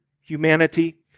humanity